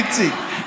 איציק,